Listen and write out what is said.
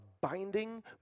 binding